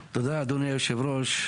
היו מעט סופרים בזמנו,